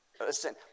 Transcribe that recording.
listen